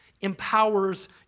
empowers